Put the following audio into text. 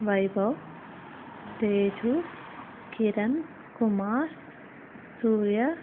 Vaibhav Teju Kiran Kumar Surya